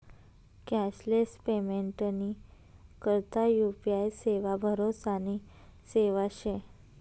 cashless पेमेंटनी करता UPI सेवा भरोसानी सेवा शे